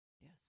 Yes